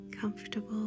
comfortable